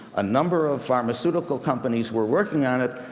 a number of pharmaceutical companies were working on it.